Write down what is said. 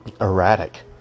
erratic